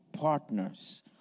partners